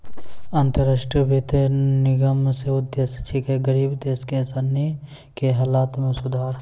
अन्तर राष्ट्रीय वित्त निगम रो उद्देश्य छिकै गरीब देश सनी के हालत मे सुधार